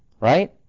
right